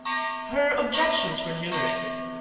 her objections were numerous.